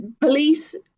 Police